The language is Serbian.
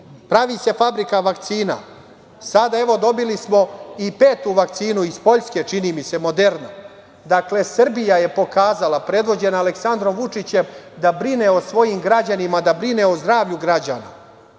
Pravi se fabrika vakcina. Sada smo, evo, dobili i petu vakcinu iz Poljske, čini mi se, „Moderna“. Dakle, Srbija je pokazala, predvođena Aleksandrom Vučićem, da brine o svojim građanima, da brine o zdravlju građana. Šta